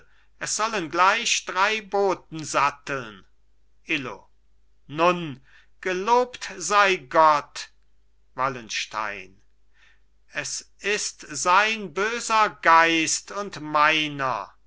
es sollen gleich drei boten satteln illo nun gelobt sei gott eilt hinaus wallenstein es ist sein böser geist und meiner